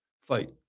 fight